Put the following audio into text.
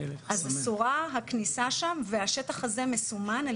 אסורה הכניסה אליו והשטח הזה מסומן על